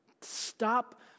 Stop